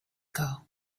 ago